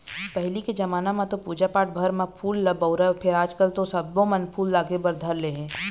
पहिली के जमाना म तो पूजा पाठ भर म फूल ल बउरय फेर आजकल तो सब्बो म फूल लागे भर धर ले हे